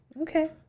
Okay